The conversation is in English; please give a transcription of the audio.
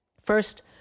First